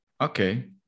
Okay